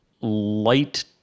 light